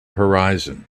horizon